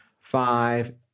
five